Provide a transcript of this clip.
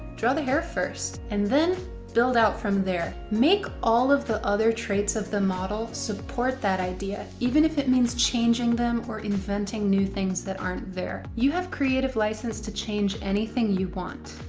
draw the hair first. and then build out from there. make all of the other traits of the model support that idea, even if it means changing them or inventing new things that aren't there. you have creative license to change anything you want.